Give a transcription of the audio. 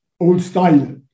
old-style